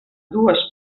dues